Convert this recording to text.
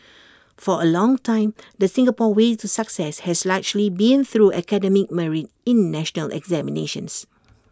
for A long time the Singapore way to success has largely been through academic merit in national examinations